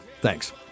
Thanks